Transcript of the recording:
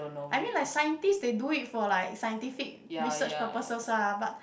I mean like scientist they do it for like scientific research purposes ah but